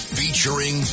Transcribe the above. featuring